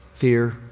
fear